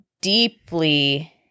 deeply